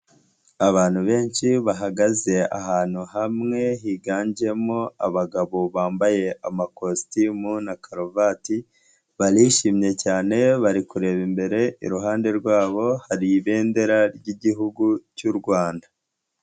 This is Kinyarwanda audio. Abantu benshi bahagaze ahantu hamwe, higanjemo abagabo bambaye amakositimu na karuvati, barishimye cyane, bari kureba imbere, iruhande rwabo hari ibendera ry'Igihugu cy'u Rwanda.